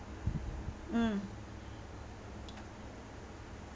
mm